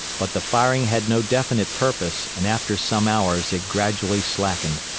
but the firing had no definite purpose, and after some hours it gradually slackened.